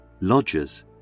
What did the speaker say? lodgers